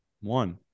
one